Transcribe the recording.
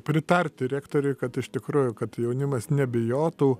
pritarti rektoriui kad iš tikrųjų kad jaunimas nebijotų